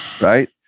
right